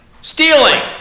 stealing